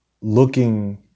looking